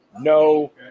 No